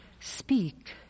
speak